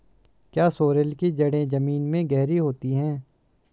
क्या सोरेल की जड़ें जमीन में गहरी होती हैं?